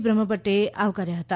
બ્રહ્મભદે આવકાર્યા હતા